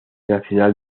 nacional